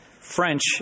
French